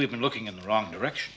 we've been looking in the wrong direction